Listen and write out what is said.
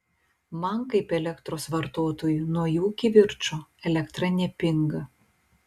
man kaip elektros vartotojui nuo jų kivirčo elektra nepinga